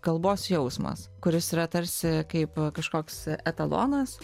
kalbos jausmas kuris yra tarsi kaip kažkoks etalonas